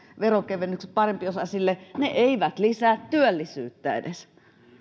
veronkevennykset parempiosaisille eivät edes lisää työllisyyttä